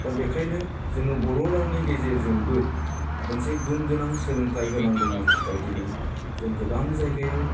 दा बेनिखायनो जोङो बर' रावनि गेजेरजोंबो मोनसे गुनगोनां सोलोंथाय होनांगौनि थाखाय दिनै जों गोबां जायगायाव